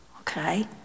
okay